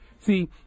See